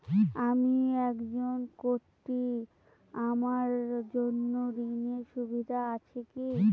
আমি একজন কট্টি আমার জন্য ঋণের সুবিধা আছে কি?